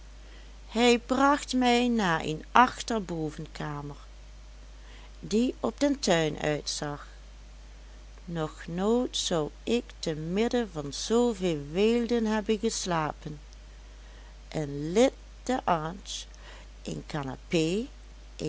hij bracht mij naar een achterbovenkamer die op den tuin uitzag nog nooit zou ik te midden van zooveel weelde hebben geslapen een lit d'ange een canapé